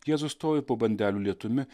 jėzus stovi po bandelių lietumi